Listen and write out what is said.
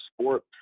sport